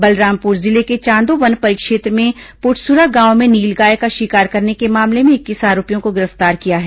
बलरामपुर जिले के चांदो वन परिक्षेत्र के पुटसूरा गांव में नीलगाय का शिकार करने के मामले में इक्कीस आरोपियों को गिरफ्तार किया गया है